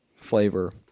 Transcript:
flavor